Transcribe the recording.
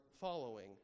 following